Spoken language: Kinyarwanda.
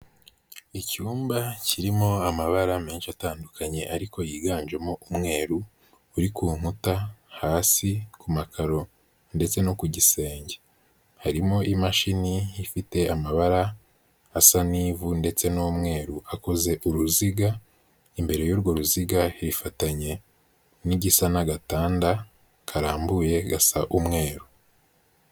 Icyumba kirimo amabara menshi atandukanye ariko yiganjemo umweru, uri ku nkuta hasi ku makaro, ndetse no ku gisenge, harimo imashini ifite amabara asa n'ivu, ndetse n'umweru, akoze uruziga, imbere y'urwo ruziga hifatanye n'igisa n'agatanda karambuye gasa umweru.